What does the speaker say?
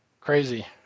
crazy